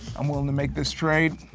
i'm willing to make this trade.